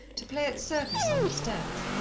to play at circus on the stairs.